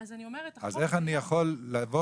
אז איך אפשר לדרוש